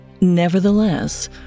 Nevertheless